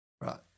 Right